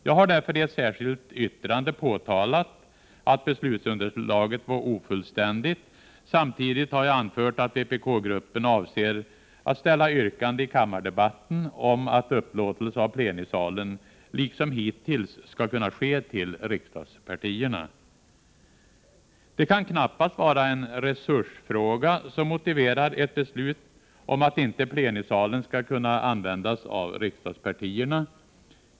Jag har därför i ett särskilt yttrande påtalat att beslutsunderlaget var ofullständigt. Samtidigt har jag anfört att vpk-gruppen avser att framställa ett yrkande under kammardebatten om att upplåtelse av plenisalen till riksdagspartierna liksom hittills skall kunna ske. Det kan knappast vara en resursfråga som motiverar ett beslut om att plenisalen inte skall kunna användas av riksdagspartierna.